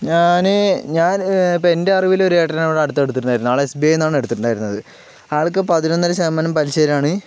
ഞാന് ഞാനി എൻറെ അറിവിൽ ഒരു ഏട്ടന് ഇപ്പോൾ ഇവിടെ അടുത്ത് എടുത്തിട്ടുണ്ടായിരുന്നു അയാള് എസ് ബി ഐയിൽ നിന്നാണ് എടുത്തിട്ടുണ്ടായിരുന്നത് അയാൾക്ക് പതിനൊന്നര ശതമാനം പലിശയിൽ ആണ്